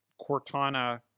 Cortana